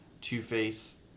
Two-Face